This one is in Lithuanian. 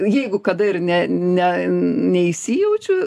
jeigu kada ir ne ne neįsijaučiu